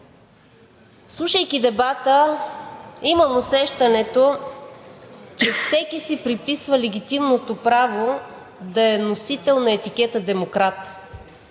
Слушайки дебата имам усещането, че всеки си приписва легитимното право да е носител на етикета „демократ“